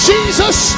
Jesus